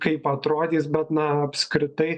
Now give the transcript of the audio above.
kaip atrodys bet na apskritai